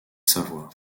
savoie